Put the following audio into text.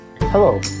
Hello